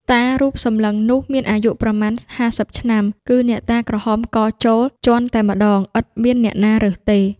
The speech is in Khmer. តារូបសម្លឹងនោះមានអាយុប្រមាណ ៥០ឆ្នាំ គឺអ្នកតាក្រហមកចូល ជាន់តែម្តង ឥតមានអ្នកណារើសទេ ។